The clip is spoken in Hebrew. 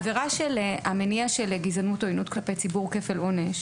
עבירה של המניע של גזענות או עוינות כלפי ציבור כפל עונש